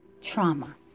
trauma